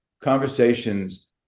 conversations